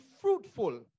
fruitful